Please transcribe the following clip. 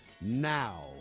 now